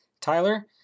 Tyler